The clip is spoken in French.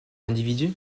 individu